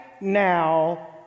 now